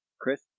Chris